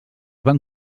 van